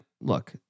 look